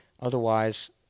Otherwise